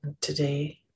Today